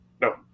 No